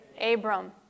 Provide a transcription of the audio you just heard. Abram